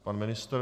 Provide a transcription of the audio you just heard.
Pan ministr?